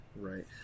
Right